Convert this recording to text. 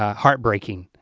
ah heartbreaking,